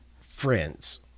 friends